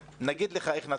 נגיד לך איך נצביע.